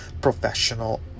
professional